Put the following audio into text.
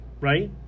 right